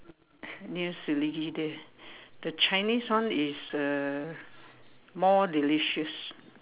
near Selegie there the Chinese one is uh more delicious